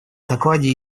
докладе